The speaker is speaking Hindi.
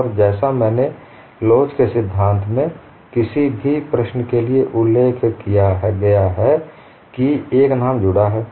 और जैसा मैंने लोच के सिद्धांत में किसी भी प्रश्न के लिए उल्लेख किया गया है कि एक नाम जुड़ा है